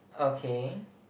okay